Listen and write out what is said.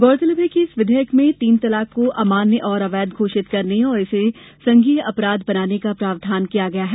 गौरतलब है कि इस विधेयक में तीन तलाक को अमान्य और अवैध घोषित करने और इसे संज्ञेय अपराध बनाने का प्रावधान किया गया है